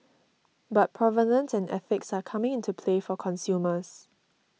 but provenance and ethics are coming into play for consumers